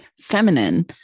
feminine